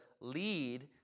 lead